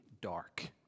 dark